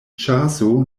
ĉaso